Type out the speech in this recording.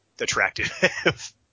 attractive